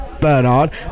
Bernard